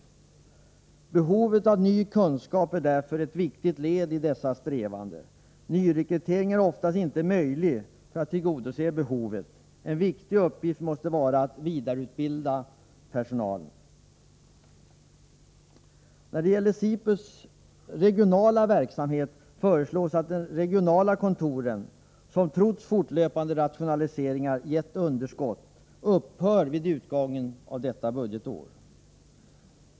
Att tillgodose behovet av ny kunskap är ett viktigt led i de här strävandena. Nyrekrytering för att göra detta är oftast inte möjlig. En viktig uppgift måste därför vara att vidareutbilda personalen. När det gäller SIPU:s verksamhet föreslås att de regionala kontoren — som trots fortlöpande rationaliseringar gett underskott — skall upphöra vid utgången av detta budgetår.